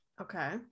Okay